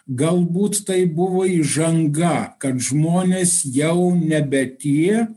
galbūt tai buvo įžanga kad žmonės jau nebe tie